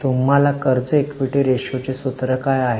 तुम्हाला कर्ज ईक्विटी रेशोचे सूत्र काय आहे